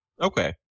Okay